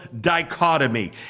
dichotomy